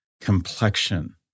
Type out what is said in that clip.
complexion